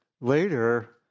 later